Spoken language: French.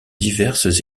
diverses